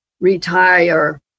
retire